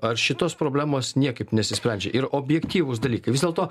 ar šitos problemos niekaip nesisprendžia ir objektyvūs dalykai vis dėlto